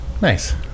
Nice